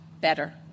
better